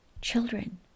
children